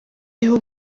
w’u